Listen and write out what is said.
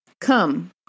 Come